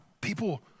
people